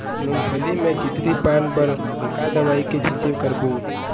मूंगफली म चितरी पान बर का दवई के छींचे करबो?